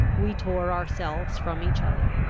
we tore ourselves from each other.